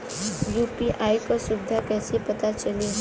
UPI क सुविधा कैसे पता चली?